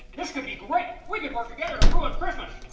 this could be great. we could work together to ruin christmas. yeah!